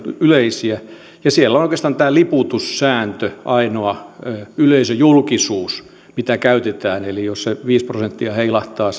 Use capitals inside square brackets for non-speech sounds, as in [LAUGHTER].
yleisiä ja siellä on oikeastaan tämä liputussääntö ainoa yleisöjulkisuus mitä käytetään eli jos omistusosuus viisi prosenttia heilahtaa [UNINTELLIGIBLE]